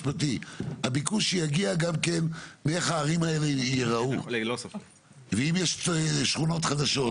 הביקוש יגיע גם כן מאיך הערים האלה ייראו ואם יש שכונות חדשות,